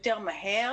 יותר מהר.